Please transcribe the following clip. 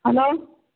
Hello